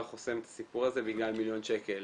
חוסם את הסיפור הזה בגלל מיליון שקל.